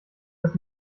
des